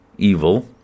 evil